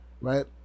right